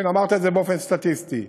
אמרת את זה באופן סטטיסטי.